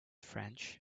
french